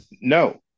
No